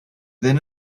then